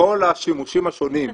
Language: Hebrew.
בכל השימושים השונים,